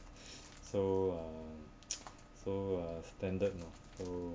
so uh so uh standard you know so